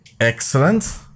Excellent